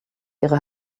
ihre